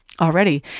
already